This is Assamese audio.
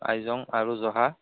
আইজং আৰু জহা